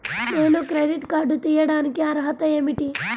నేను credit card తీయడానికి అర్హత ఏమిటి?